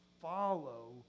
follow